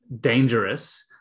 dangerous